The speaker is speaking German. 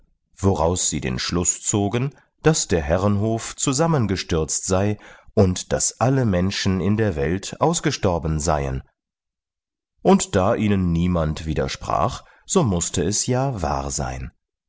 woraus sie den schluß zogen daß der herrenhof zusammengestürzt sei und daß alle menschen in der welt ausgestorben seien und da ihnen niemand widersprach so mußte es ja wahr sein